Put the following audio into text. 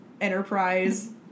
Enterprise